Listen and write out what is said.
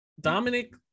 Dominic